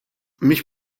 mhix